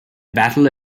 battle